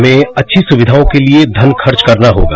हमें अच्छी सुविधाओं के लिए धन खर्च करना होगा